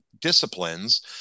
disciplines